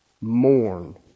Mourn